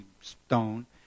stone